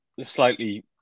slightly